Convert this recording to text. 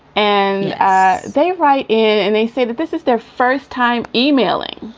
and they write in and they say that this is their first time emailing.